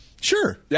Sure